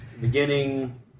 beginning